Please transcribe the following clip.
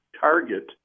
target